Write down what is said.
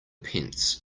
pence